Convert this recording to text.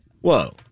Whoa